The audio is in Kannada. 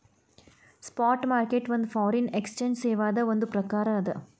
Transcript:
ಸ್ಪಾಟ್ ಮಾರ್ಕೆಟ್ ಒಂದ್ ಫಾರಿನ್ ಎಕ್ಸ್ಚೆಂಜ್ ಸೇವಾದ್ ಒಂದ್ ಪ್ರಕಾರ ಅದ